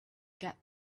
get